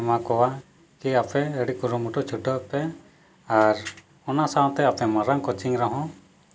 ᱮᱢᱟ ᱠᱚᱣᱟ ᱠᱤ ᱟᱯᱮ ᱟᱹᱰᱤ ᱠᱩᱨᱩᱢᱩᱴᱩ ᱪᱷᱩᱴᱟᱹᱣᱜ ᱯᱮ ᱟᱨ ᱚᱱᱟ ᱥᱟᱶᱛᱮ ᱟᱯᱮ ᱢᱟᱨᱟᱝ ᱠᱳᱪᱤᱝ ᱨᱮ ᱦᱚᱸ